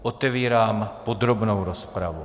Otevírám podrobnou rozpravu.